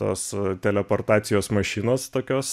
tos teleportacijos mašinos tokios